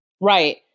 Right